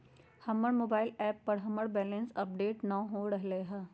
हमर mobile app पर हमर बैलेंस अपडेट नय हो रहलय हें